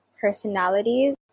personalities